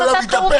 גם במצב חירום